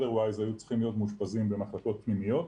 צריכים להיות מאושפזים במחלקות פנימיות.